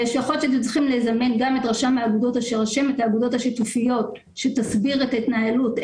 צריך לזמן גם את רשמת האגודות השיתופיות שתסביר את ההתנהלות,